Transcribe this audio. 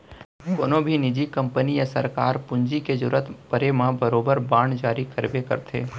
कोनों भी निजी कंपनी या सरकार पूंजी के जरूरत परे म बरोबर बांड जारी करबे करथे